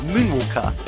Moonwalker